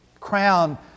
crown